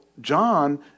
John